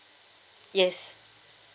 yes